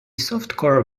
softcore